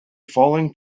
falling